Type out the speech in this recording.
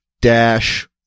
dash